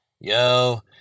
Yo